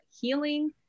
healing